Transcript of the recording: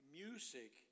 music